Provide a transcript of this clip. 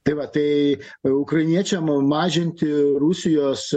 tai va tai ukrainiečiam mažinti rusijos